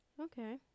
Okay